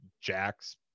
jacks